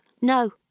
No